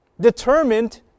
determined